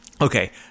okay